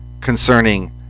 concerning